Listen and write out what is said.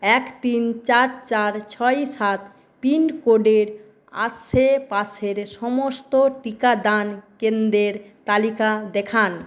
এক তিন চার চার ছয় সাত পিনকোডের আশেপাশের সমস্ত টিকাদান কেন্দ্রের তালিকা দেখান